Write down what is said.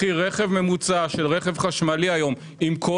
מחיר רכב ממוצע של רכב חשמלי היום עם כל